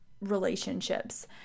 relationships